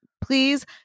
Please